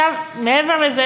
מעבר לזה,